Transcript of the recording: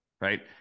right